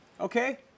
Okay